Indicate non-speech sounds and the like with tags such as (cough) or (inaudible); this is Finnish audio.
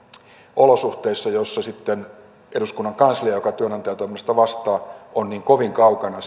olosuhteissa joissa eduskunnan kanslia joka työnantajatoiminnasta vastaa on niin kovin kaukana (unintelligible)